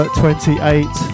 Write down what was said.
28